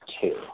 two